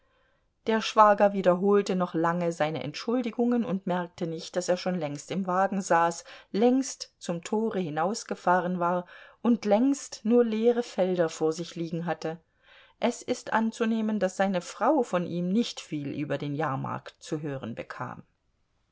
der schwager wiederholte noch lange seine entschuldigungen und merkte nicht daß er schon längst im wagen saß längst zum tore hinausgefahren war und längst nur leere felder vor sich liegen hatte es ist anzunehmen daß seine frau von ihm nicht viel über den jahrmarkt zu hören bekam